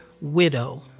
widow